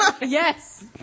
Yes